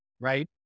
right